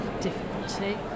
difficulty